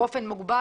באופן מוגבר.